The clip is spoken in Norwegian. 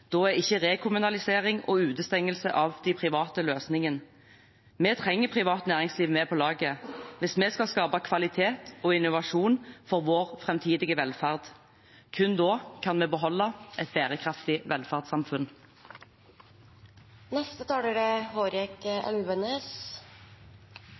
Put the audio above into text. da er ikke rekommunalisering og utestengelse av private løsningen. Vi trenger privat næringsliv med på laget hvis vi skal skape kvalitet og innovasjon for vår framtidige velferd. Kun da kan vi beholde et bærekraftig